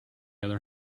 other